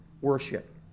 worship